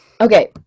okay